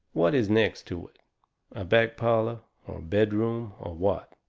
what is next to it? a back parlour, or a bedroom, or what?